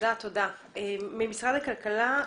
משרד הכלכלה.